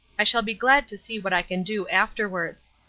i shall be glad to see what i can do afterwards